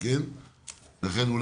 לכן אני